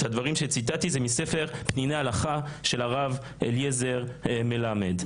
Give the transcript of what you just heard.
הדברים שציטטתי הם מהספר "פניני הלכה" של הרב אליעזר מלמד.